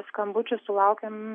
skambučių sulaukiam